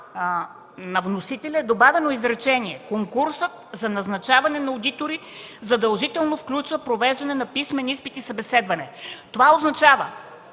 на вносителя е добавено изречение: „Конкурсът за назначаване на одитори задължително включва провеждане на писмен изпит и събеседване”. Това означава,